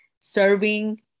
serving